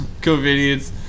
COVIDians